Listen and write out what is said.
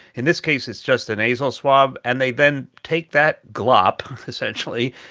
in this case, it's just a nasal swab. and they, then, take that glop, essentially,